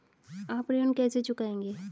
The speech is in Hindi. आप ऋण कैसे चुकाएंगे?